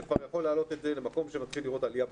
זה כבר יכול להעלות את זה למקום שנתחיל לראות עלייה בחזרה.